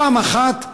פעם אחת,